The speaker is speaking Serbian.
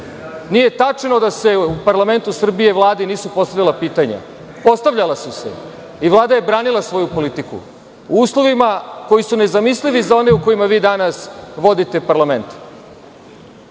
Nije tačno da se u parlamentu Srbije, Vlade nisu postavljala pitanja. Postavljala su se i Vlada je branila svoju politiku u uslovima koji su nezamislivi za one u kojima vi danas vodite parlament. To